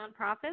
nonprofits